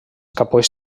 capolls